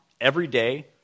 everyday